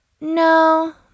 No